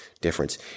difference